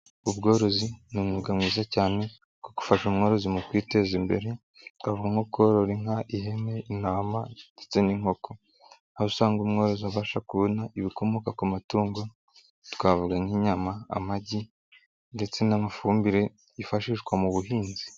Ubworozi ni umwuga mwiza cyane kuko ufasha umworozi mu kwiteza imbere, twavuga nko korora inka, ihene, intama ndetse n'inkoko. Aho usanga umworozi abasha kubona ibikomoka ku matungo twavuga nk'inyama, amagi ndetse n'amafumbire, yifashishwa mu buhinzi.